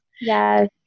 Yes